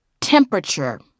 temperature